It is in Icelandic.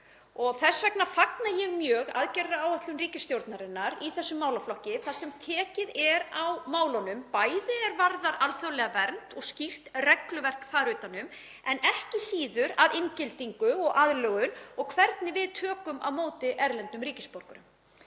Þess vegna fagna ég mjög aðgerðaáætlun ríkisstjórnarinnar í þessum málaflokki þar sem tekið er á málunum, bæði er varðar alþjóðlega vernd og skýrt regluverk þar utan um en ekki síður inngildingu og aðlögun og hvernig við tökum á móti erlendum ríkisborgurum.